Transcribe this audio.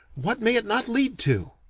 what may it not lead to!